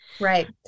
Right